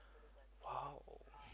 !wow!